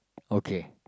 okay